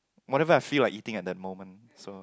whatever I feel like eating at that moment so